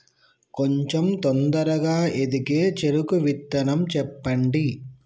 కొంచం తొందరగా ఎదిగే చెరుకు విత్తనం చెప్పండి?